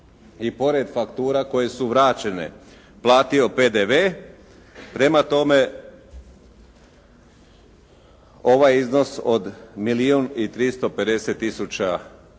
i pored faktura koje su vraćene platio PDV. Prema tome, ovaj iznos od milijun i